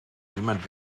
niemand